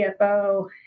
CFO